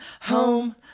home